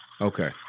Okay